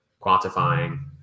quantifying